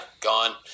gone